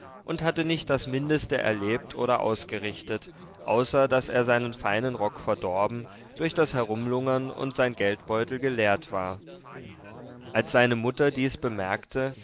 und hatte nicht das mindeste erlebt oder ausgerichtet außer daß er seinen feinen rock verdorben durch das herumlungern und sein geldbeutel geleert war als seine mutter dies bemerkte